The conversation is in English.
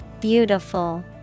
Beautiful